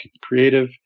creative